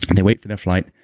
they wait for the flight,